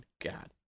God